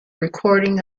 recording